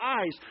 eyes